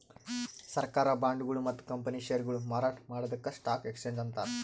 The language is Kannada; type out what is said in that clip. ಸರ್ಕಾರ್ ಬಾಂಡ್ಗೊಳು ಮತ್ತ್ ಕಂಪನಿ ಷೇರ್ಗೊಳು ಮಾರಾಟ್ ಮಾಡದಕ್ಕ್ ಸ್ಟಾಕ್ ಎಕ್ಸ್ಚೇಂಜ್ ಅಂತಾರ